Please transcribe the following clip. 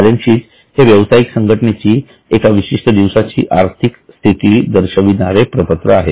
balance sheet हे व्यवसायिक संघटनेची एका विशिष्ट दिवसाची आर्थिक स्थिती दर्शविणारे प्रपत्र आहे